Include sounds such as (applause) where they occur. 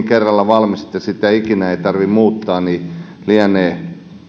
(unintelligible) kerralla valmis että sitä ei ikinä tarvitse muuttaa lienee